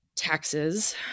Taxes